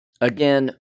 Again